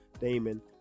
Damon